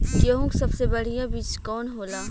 गेहूँक सबसे बढ़िया बिज कवन होला?